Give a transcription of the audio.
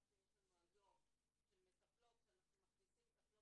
שיש לנו היום של מטפלות שאנחנו מכניסים אותן